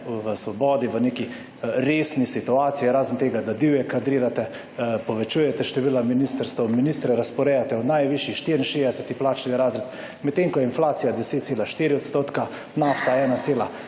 v neki resni situaciji, razen tega, da divje kadrirate, povečuje število ministrstev, ministre razporejate v najvišji 64. plačni razred, medtem, ko je inflacija 10,4 %, nafta 1,85